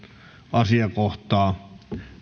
asiakohtaa